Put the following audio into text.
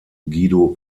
guido